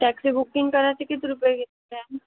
taxi booking करायची किती रुपये घेता